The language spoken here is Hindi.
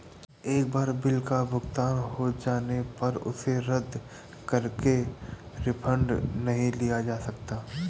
एक बार बिल का भुगतान हो जाने पर उसे रद्द करके रिफंड नहीं लिया जा सकता